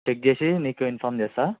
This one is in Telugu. చెక్ చేసి నీకు ఇన్ఫార్మ్ చేస్తాను